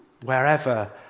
Wherever